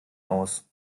aus